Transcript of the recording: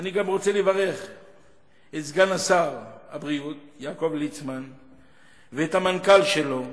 אני גם רוצה לברך את סגן שר הבריאות יעקב ליצמן ואת המנכ"ל שלו,